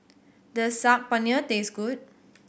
does Saag Paneer taste good